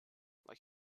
like